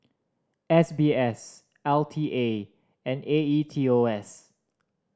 S B S L T A and A E T O S